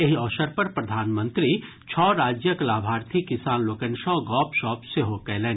एहि अवसर पर प्रधानमंत्री छओ राज्यक लाभार्थी किसान लोकनि सँ गपशप सेहो कयलनि